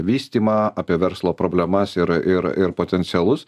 vystymą apie verslo problemas ir ir ir potencialus